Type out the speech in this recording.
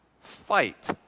fight